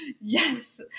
Yes